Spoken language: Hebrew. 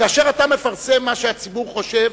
כאשר אתה מפרסם מה שהציבור חושב,